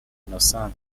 innocente